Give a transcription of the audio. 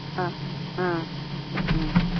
ꯑꯥ ꯑꯥ ꯎꯝ